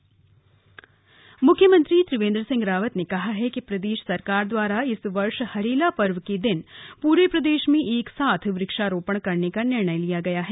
CM Almora मुख्यमंत्री त्रिवेंद्र सिंह रावत ने कहा है कि प्रदेश सरकार द्वारा इस वर्ष हरेला पर्व के दिन पूरे प्रदेश में एक साथ वृक्षारोपण करने का निर्णय लिया गया है